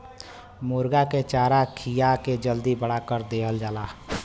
मुरगा के चारा खिया के जल्दी बड़ा कर देवल जाला